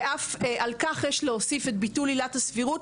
ועל כך יש להוסיף את ביטול עילת הסבירות,